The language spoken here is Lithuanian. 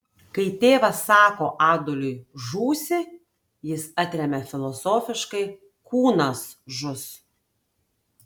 kai tėvas sako adoliui žūsi jis atremia filosofiškai kūnas žus